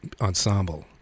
ensemble